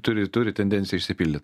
turi turi tendenciją išsipildyt